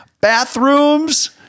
bathrooms